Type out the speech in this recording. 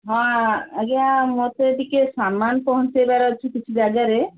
ହଁ ଆଜ୍ଞା ମୋତେ ଟିକେ ସାମାନ୍ ପହଞ୍ଚେଇବାର ଅଛି କିଛି ଜାଗାରେ